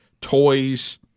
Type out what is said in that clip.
toys